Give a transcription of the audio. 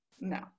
no